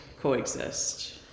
coexist